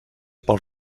pel